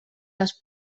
les